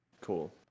cool